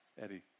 Eddie